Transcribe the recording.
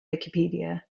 wikipedia